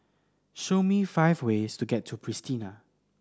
show me five ways to get to Pristina